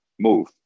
move